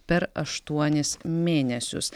per aštuonis mėnesius